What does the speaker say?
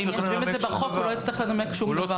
אם כותבים את זה בחוק הוא לא יצטרך לנמק שום דבר.